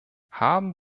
haben